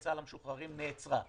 צה"ל המשוחררים "ממדים ללימודים" נעצרה.